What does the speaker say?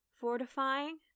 Fortifying